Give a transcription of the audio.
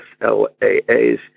SLAAs